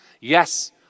Yes